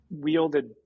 wielded